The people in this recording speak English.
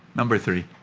number three,